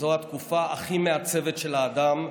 שזו התקופה הכי מעצבת של האדם,